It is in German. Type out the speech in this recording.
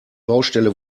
baustelle